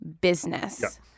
business